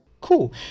Cool